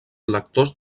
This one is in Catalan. lectors